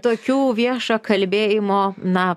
tokių viešo kalbėjimo na